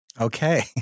Okay